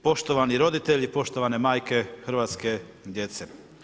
Poštovani roditelji, poštovane majke hrvatske djece.